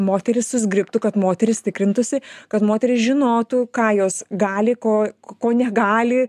moterys susizgribtų kad moterys tikrintųsi kad moterys žinotų ką jos gali ko ko negali